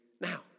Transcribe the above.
now